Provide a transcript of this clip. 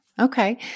Okay